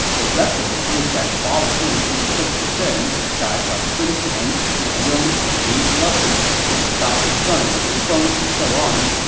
the rest of the group that followed him through thick and thin, guys like sun qian, jian yong, the mi brothers, his adopted son liu feng and so on,